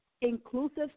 inclusive